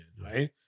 right